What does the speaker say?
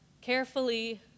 carefully